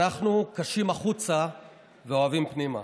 אנחנו קשים החוצה ואוהבים פנימה.